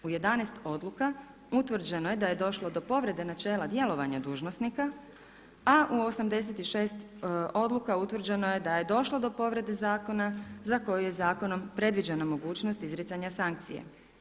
U 11 odluka utvrđeno je da je došlo do povrede načela djelovanja dužnosnika a u 86 odluka utvrđeno je da je došlo do povrede zakona za koju je zakonom predviđena mogućnost izricanja sankcije.